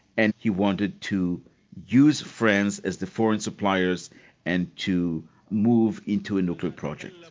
and he wanted to use france as the foreign suppliers and to move into a nuclear project.